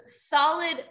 solid